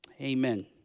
Amen